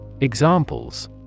Examples